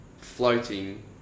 floating